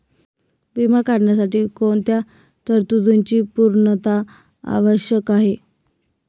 विमा काढण्यासाठी कोणत्या तरतूदींची पूर्णता आवश्यक आहे?